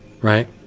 right